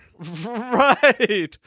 right